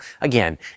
again